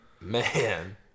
man